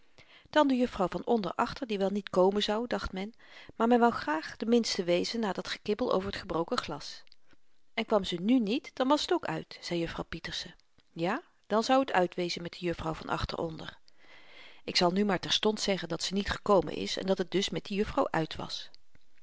dan de juffrouw van onder achter die wel niet komen zou dacht men maar men wou graag de minste wezen na dat gekibbel over t gebroken glas en kwam ze nù niet dan was t ook uit zei juffrouw pieterse ja dan zou t uit wezen met de juffrouw van achter onder ik zal nu maar terstond zeggen dat ze niet gekomen is en dat het dus met die juffrouw uit was